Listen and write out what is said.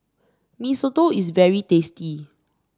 Mee Soto is very tasty